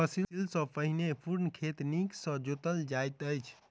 फसिल सॅ पहिने पूर्ण खेत नीक सॅ जोतल जाइत अछि